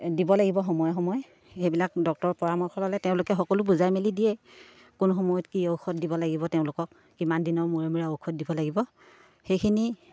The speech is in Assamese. দিব লাগিব সময়ে সময়ে সেইবিলাক ডক্তৰৰ পৰামৰ্শ ল'লে তেওঁলোকে সকলো বুজাই মেলি দিয়ে কোন সময়ত কি ঔষধ দিব লাগিব তেওঁলোকক কিমান দিনৰ মূৰে মূৰে ঔষধ দিব লাগিব সেইখিনি